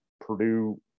Purdue